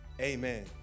amen